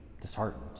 disheartened